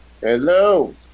hello